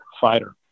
fighter